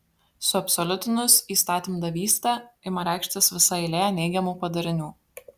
suabsoliutinus įstatymdavystę ima reikštis visa eilė neigiamų padarinių